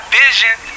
vision